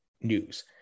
news